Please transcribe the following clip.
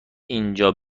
اینجا